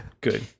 Good